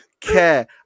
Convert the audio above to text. care